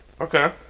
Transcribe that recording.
Okay